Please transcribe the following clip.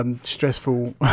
stressful